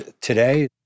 today